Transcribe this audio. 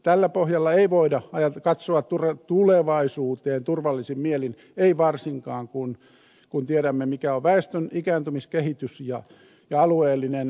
tällä pohjalla ei voida katsoa tulevaisuuteen turvallisin mielin ei varsinkaan kun tiedämme mikä on väestön ikääntymiskehitys ja alueellinen eriarvoistumiskehitys